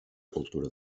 cultura